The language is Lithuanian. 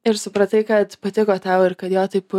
ir supratai kad patiko tau ir kad jo taip